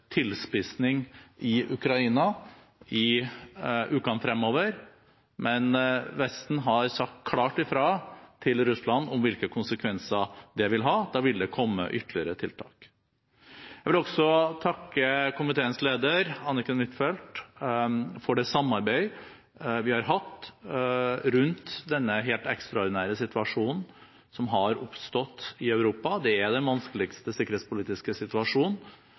i Ukraina i ukene fremover, men Vesten har sagt klart fra til Russland om hvilke konsekvenser det vil få. Da vil det komme ytterligere tiltak. Jeg vil også takke komiteens leder, Anniken Huitfeldt, for det samarbeid vi har hatt rundt denne helt ekstraordinære situasjonen som har oppstått i Europa – det er den vanskeligste sikkerhetspolitiske situasjonen